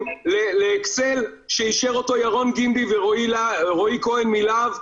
לאקסל שאישר אותו ירון ורועי כהן מלה"ב.